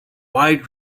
wide